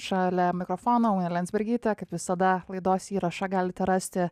šalia mikrofono ūna lasbergytė kaip visada laidos įrašą galite rasti